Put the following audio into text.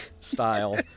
style